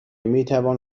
میتوان